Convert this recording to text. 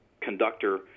conductor